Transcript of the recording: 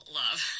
love